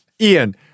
Ian